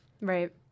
Right